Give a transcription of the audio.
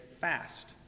fast